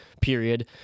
period